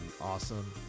awesome